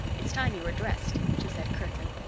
it's time you were dressed, she said curtly.